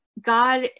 God